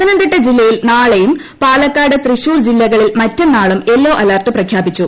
പത്തനംതിട്ട ജില്ലയിൽ നാളെയും പാലക്കാട് തൃശ്ശൂർ ജില്ലകളിൽ മറ്റെന്നാളും യെല്ലോ അലർട്ട് പ്രഖ്യാപിച്ചു